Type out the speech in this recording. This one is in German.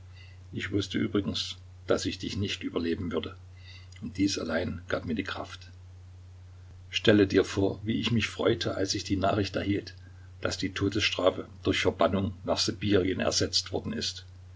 ich wußte übrigens daß ich dich nicht überleben würde und dies allein gab mir die kraft stelle dir vor wie ich mich freute als ich die nachricht erhielt daß die todesstrafe durch verbannung nach sibirien ersetzt worden ist